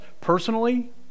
personally